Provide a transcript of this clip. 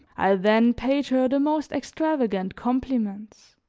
i then paid her the most extravagant compliments